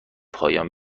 پایان